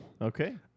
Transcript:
Okay